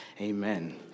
Amen